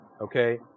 Okay